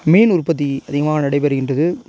மீன் உற்பத்தி அதிகமாக நடைபெறுகின்றது